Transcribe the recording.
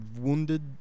wounded